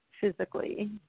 physically